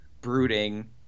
brooding